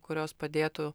kurios padėtų